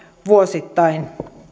vuosittain